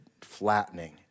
flattening